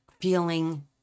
feeling